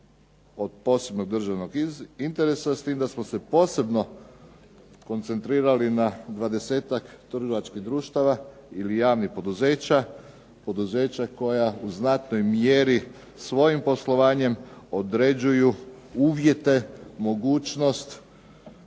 od posebnog državnog interesa s tim da smo se posebno koncentrirali na 20-ak trgovačkih društava ili javnih poduzeća, poduzeća koja u znatnoj mjeri svojim poslovanjem određuju uvjete, mogućnost,